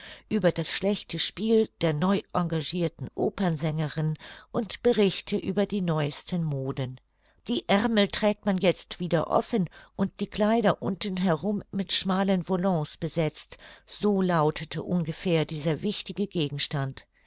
über das schlechte spiel der neu engagirten opernsängerin und berichte über die neuesten moden die aermel trägt man jetzt wieder offen und die kleider unten herum mit schmalen volants besetzt so lautete ungefähr dieser wichtigste gegenstand